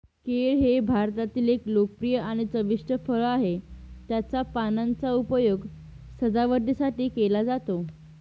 केळ हे भारतातले लोकप्रिय आणि चविष्ट फळ आहे, त्याच्या पानांचा उपयोग सजावटीसाठी केला जातो